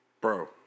Bro